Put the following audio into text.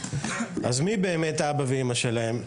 מי באמת האבא והאימא שלהן?